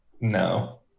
no